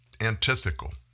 antithetical